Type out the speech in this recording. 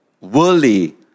worldly